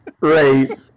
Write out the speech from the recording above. Right